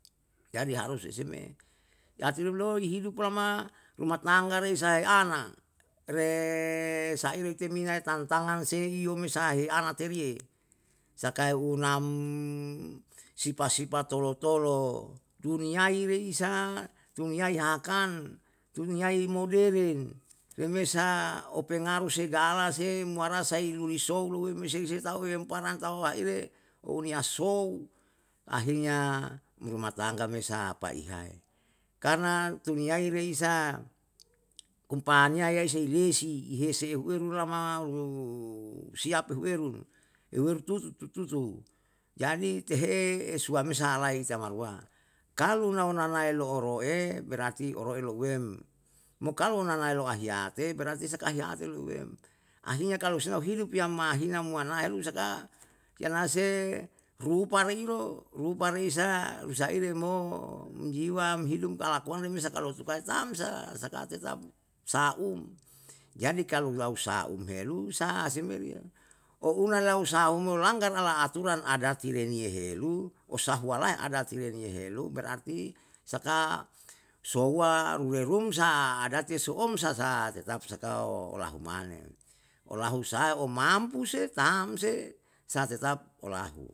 Jadi harus ese me latiloi hidup lama rumah tangga rei sai ana, re saire ite minae tantangan se iyo me sahe ana teriye sakai unam sipa sipa tolo tolo duniyai reisa duniyai hakan, duniyai modern, remesa opengaruh segala se muara sui lowesou louweme se sei taue umparang tau laile uniya sou, ahirnya rumah tangga sapa ihae, karna duniyai reisa umpaniya ya sei lesi, ihise ehu heuweru lama u siap ehu eru, ehu eru tusu tutusu jadi tehe'e esuwame saalai sama rua, kalu nau nanae lo'oroe berarti orore louwem, mo kalu lo nanae ahiyate berarti saka ahiyate louwem, artinya kalu se mau hidup yam mahina muanaelu saka, yanase rupa reiro, rupa reisa usaire mo, jiwa hidup kalakuang ne me saka lo sukai tam sa sakate tam, sa'um. Jadi kalu lau sa'um helu, sa'a seme riyo, ouna lau sa'a omo langgar ala aturan adati reniyehelu, osahuwae adati ni reniyehelu berarti saka souwa ruwerun sa adati so'om sa sa tetap sa tau lahumane, olahu sae omampu se tam se sa tetap olahu